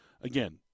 again